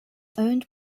owned